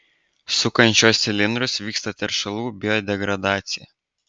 sukant šiuos cilindrus vyksta teršalų biodegradacija